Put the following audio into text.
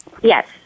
Yes